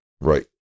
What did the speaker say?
Right